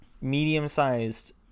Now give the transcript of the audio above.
medium-sized